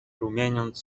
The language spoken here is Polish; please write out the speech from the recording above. rumieniąc